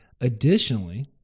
Additionally